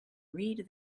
read